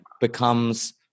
becomes